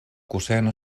kuseno